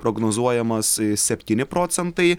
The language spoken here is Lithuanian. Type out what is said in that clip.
prognozuojamas septyni procentai